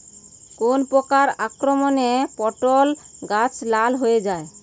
কোন প্রকার আক্রমণে পটল গাছ লাল হয়ে যায়?